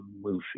movie